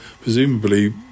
presumably